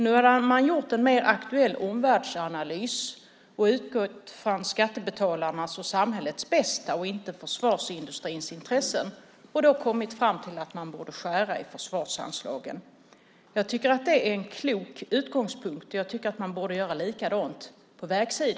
Nu hade man gjort en mer aktuell omvärldsanalys och utgått från skattebetalarnas och samhällets bästa och inte försvarsindustrins intressen och hade då kommit fram till att man borde skära i försvarsanslagen. Jag tycker att det är en klok utgångspunkt. Jag tycker att man borde göra likadant på vägsidan.